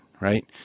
right